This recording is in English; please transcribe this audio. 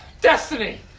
destiny